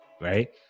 right